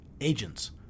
agents